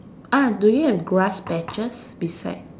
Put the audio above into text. ah do you have grass patches beside